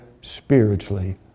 spiritually